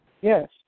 Yes